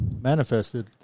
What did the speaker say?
manifested